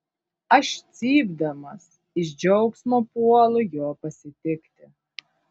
aš cypdamas iš džiaugsmo puolu jo pasitikti